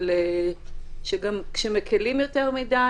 גם כשמקילים יותר מדי,